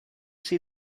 see